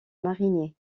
marinier